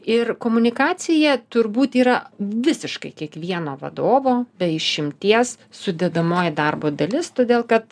ir komunikacija turbūt yra visiškai kiekvieno vadovo be išimties sudedamoji darbo dalis todėl kad